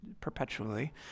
perpetually